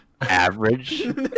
average